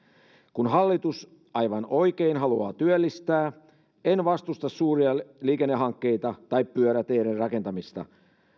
kun hallitus aivan oikein haluaa työllistää en vastusta suuria liikennehankkeita tai pyöräteiden rakentamista